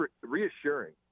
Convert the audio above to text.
reassuring